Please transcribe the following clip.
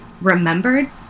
remembered